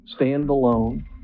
standalone